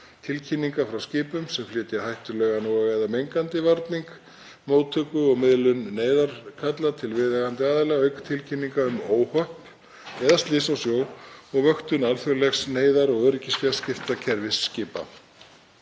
tilkynninga frá skipum sem flytja hættulegan og/eða mengandi varning, móttöku og miðlun neyðarkalla til viðeigandi aðila auk tilkynninga um óhöpp eða slys á sjó og vöktun alþjóðlegs neyðar- og öryggisfjarskiptakerfis skipa.